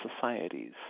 societies